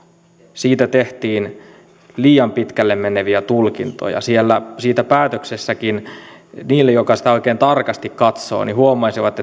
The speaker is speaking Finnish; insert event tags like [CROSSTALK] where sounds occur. siitä tehtiin liian pitkälle meneviä tulkintoja siitä päätöksestäkin ne jotka sitä oikein tarkasti katsovat huomaisivat [UNINTELLIGIBLE]